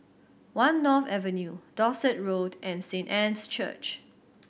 One North Avenue Dorset Road and Saint Anne's Church